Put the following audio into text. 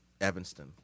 Evanston